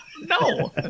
No